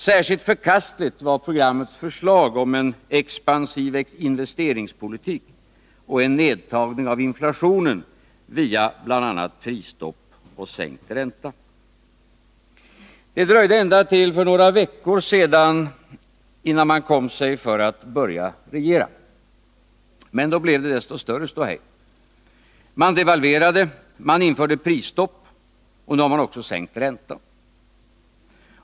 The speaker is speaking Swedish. Särskilt förkastligt var programmets förslag om en expansiv investeringspolitik och en nedtagning av inflationen via bl.a. prisstopp och sänkt ränta. Det dröjde ända till för några veckor sedan innan man kom sig för att börja regera. Men då blev det desto större ståhej. Man devalverade, man införde prisstopp, och nu har man sänkt räntan.